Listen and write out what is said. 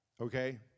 okay